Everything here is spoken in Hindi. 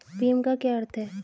भीम का क्या अर्थ है?